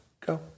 Go